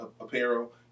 apparel